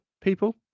people